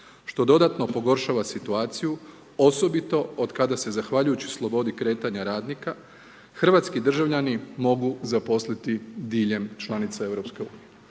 što dodatno pogoršava situaciju osobito od kada se zahvaljujući slobodi kretanja radnika hrvatski državljani mogu zaposliti diljem članica EU.